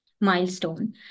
milestone